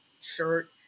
shirt